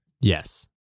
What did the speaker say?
Yes